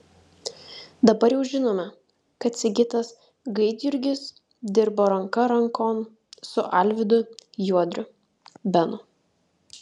dabar jau žinome kad sigitas gaidjurgis dirbo ranka rankon su alvydu juodriu benu